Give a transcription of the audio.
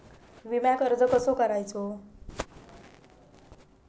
विम्याक अर्ज कसो करायचो?